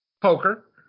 Poker